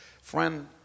Friend